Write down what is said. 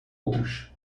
outros